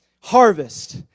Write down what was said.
Harvest